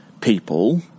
people